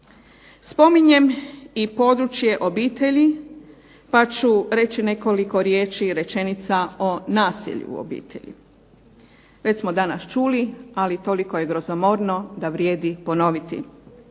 Spominjem i područje obitelji, pa ću reći nekoliko riječi i rečenica o nasilju o obitelji. Već smo danas čuli ali toliko je grozomorno da vrijedi ponoviti.